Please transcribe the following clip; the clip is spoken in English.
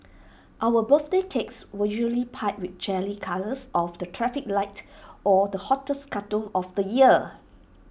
our birthday cakes were usually piped with jelly colours of the traffic light or the hottest cartoon of the year